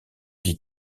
die